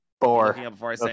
Four